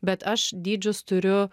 bet aš dydžius turiu